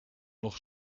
nog